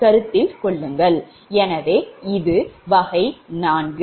எனவே இது வகை 4